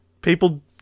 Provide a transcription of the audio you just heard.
People